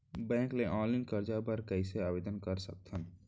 Bank ले online करजा बर कइसे आवेदन कर सकथन?